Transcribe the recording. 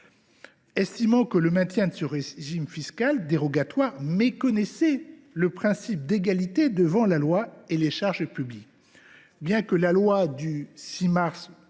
estimant que le maintien de ce régime fiscal dérogatoire méconnaissait le principe d’égalité devant la loi et les charges publiques. Si le Conseil